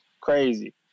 crazy